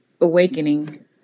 awakening